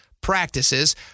practices